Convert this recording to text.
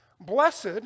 Blessed